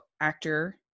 actor